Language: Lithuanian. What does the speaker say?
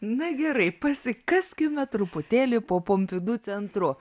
na gerai pasikaskime truputėlį po pompidu centru